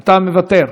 אתה מוותר?